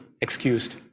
excused